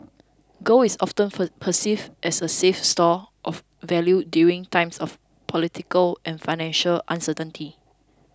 gold is often perceived as a safe store of value during times of political and financial uncertainty